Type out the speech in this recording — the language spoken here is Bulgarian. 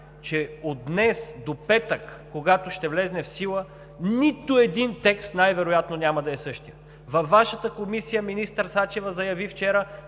че от днес до петък, когато ще влезе в сила – нито един текст най-вероятно няма да е същият. Във Вашата Комисия министър Сачева заяви вчера,